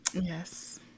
yes